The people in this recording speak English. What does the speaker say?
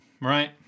right